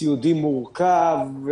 סיעודי מורכב,